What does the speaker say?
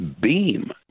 beam